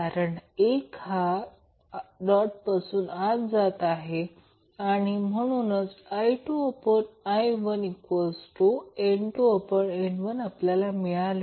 कारण 1 हा डॉटपासून आत जात आहे आणि म्हणून I2I1 N1N2 आपल्याला मिळेल